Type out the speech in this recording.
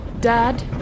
Dad